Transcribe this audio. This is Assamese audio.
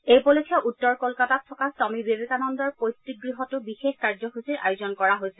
এই উপলক্ষে উত্তৰ কলকাতাত থকা স্বমী বিবেকানন্দৰ পৈতৃক গৃহতো এক বিশেষ কাৰ্যসূচী আয়োজন কৰা হৈছে